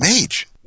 Mage